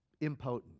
impotent